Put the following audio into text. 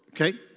okay